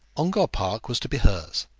ongar park was to be hers